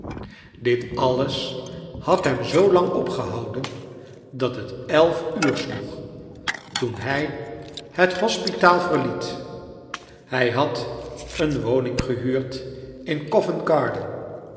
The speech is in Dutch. dit alles had hem zoo lang opgehouden dat het elf uur sloeg toen hij het hospitaal verliet hij had een woning gehuurd in covent garden